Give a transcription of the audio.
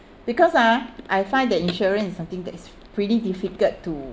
because ah I find that insurance is something that is pretty difficult to